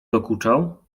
dokuczał